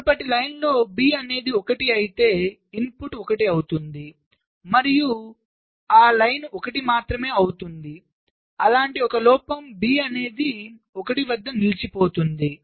మునుపటి వక్రంలో B అనేది 1 అయితే ఇన్పుట్ 1 అవుతుంది మరియు ఆ పంక్తి 1 మాత్రమే అవుతుంది అలాంటి ఒక లోపం B అనేది 1 వద్ద నిలిచిపోతుంది